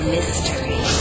Mystery